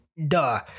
Duh